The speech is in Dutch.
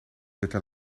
witte